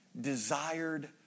desired